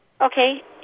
Okay